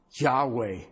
Yahweh